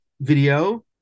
video